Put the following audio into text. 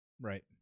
right